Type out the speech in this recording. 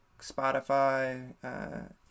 Spotify